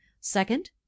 Second